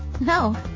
No